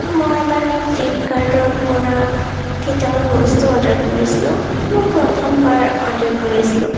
মই মানে ফ্লিপকাৰ্টৰ পৰা কেইটামান বস্তু অৰ্ডাৰ কৰিছিলোঁ মোৰ প্ৰথমবাৰ অৰ্ডাৰ কৰিছিলোঁ